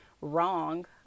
wrong